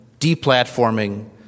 deplatforming